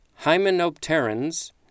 hymenopterans